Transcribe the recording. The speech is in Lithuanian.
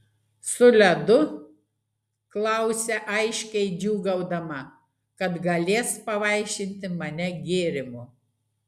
su ledu klausia aiškiai džiūgaudama kad galės pavaišinti mane gėrimu